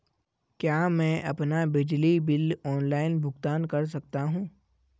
क्या मैं अपना बिजली बिल ऑनलाइन भुगतान कर सकता हूँ?